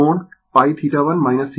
इस तरह लिख सकते है